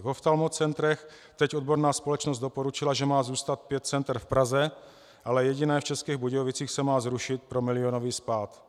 V oftalmocentrech teď odborná společnost doporučila, že má zůstat pět center v Praze, ale jediné v Českých Budějovicích se má zrušit pro milionový spád.